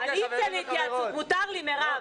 אני אצא להתייעצות, מותר לי מרב.